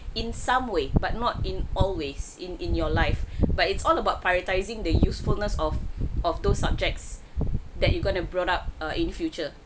in some way but not in always in in your life but it's all about prioritizing the usefulness of of those subjects that you gonna brought up err in future